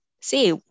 see